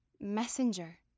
messenger